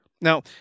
Now